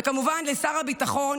וכמובן לשר הביטחון